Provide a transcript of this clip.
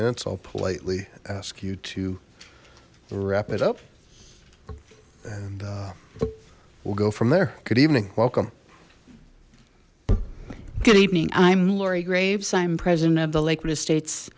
minutes i'll politely ask you to wrap it up and we'll go from there good evening welcome good evening i'm laurie graves i'm president of the lakewood estates